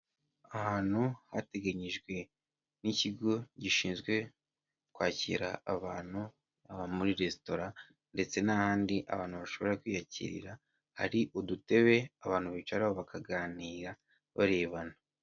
Ahantu hateganyijwe n'ikigo gishinzwe kwakira abantu, haba muri resitora ndetse n'ahandi abantu bashobora kwiyakirira, hari udutebe abantu bicaraho bakaganira barebana.